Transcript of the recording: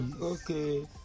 Okay